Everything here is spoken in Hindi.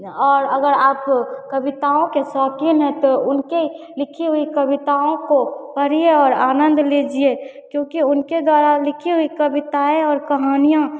और अगर आप कविताओं के शौकीन हैं तो उनकी लिखी हुई कविताओं को पढ़िए और आनन्द लीजिए क्योंकि उनके द्वारा लिखी हुई कविताएँ और कहानियाँ